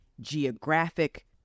geographic